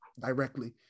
directly